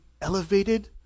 elevated